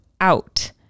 out